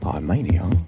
mania